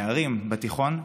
נערים בתיכון,